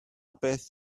beth